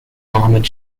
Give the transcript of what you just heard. armoured